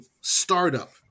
startup